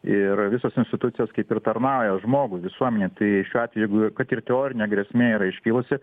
ir visos institucijos kaip ir tarnauja žmogui visuomenei tai šiuo atveju kad ir teorinė grėsmė yra iškilusi